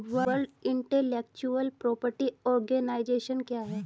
World intellectual property organisation क्या है?